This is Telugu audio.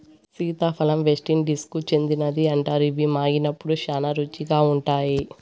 సీతాఫలం వెస్టిండీస్కు చెందినదని అంటారు, ఇవి మాగినప్పుడు శ్యానా రుచిగా ఉంటాయి